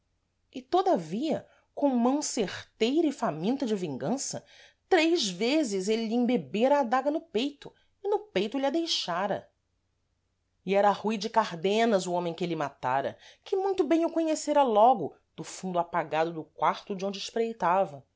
e todavia com mão certeira e faminta de vingança três vezes êle lhe embebera a adaga no peito e no peito lha deixara e era rui de cardenas o homem que êle matara que muito bem o conhecera logo do fundo apagado do quarto de onde espreitava